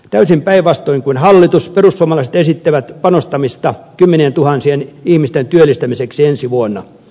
täysin päinvastoin kuin hallitus perussuomalaiset esittävät panostamista kymmenientuhansien ihmisten työllistämiseksi ensi vuonna